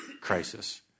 crisis